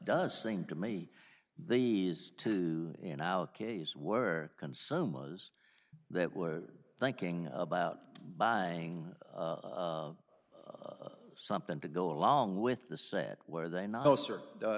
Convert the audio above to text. does seem to me these two in our case were consumers that were thinking about buying something to go along with the set where they now sir